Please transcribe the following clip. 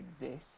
exist